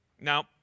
Now